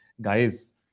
Guys